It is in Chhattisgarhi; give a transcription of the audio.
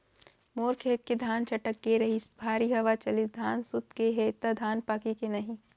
मोर खेत के धान छटक गे रहीस, भारी हवा चलिस, धान सूत गे हे, त धान पाकही के नहीं?